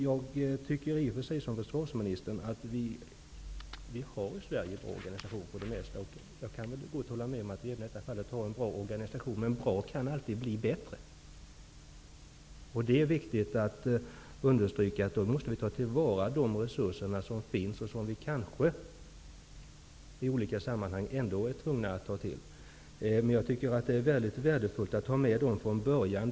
Jag tycker i och för sig som försvarsministern, att vi i Sverige har bra organisation på det mesta. Det kan jag gott hålla med om. Men bra kan alltid bli bättre. Det är viktigt att understryka att vi måste ta till vara de resurser som finns och som vi kanske ändå hade varit tvungna att ta till. Det är värdefullt att ha med dessa resurser från början.